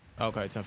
okay